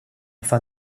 fin